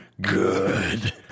Good